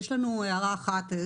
יש לנו הערה אחת.